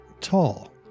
tall